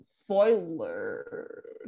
spoiler